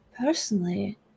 Personally